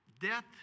death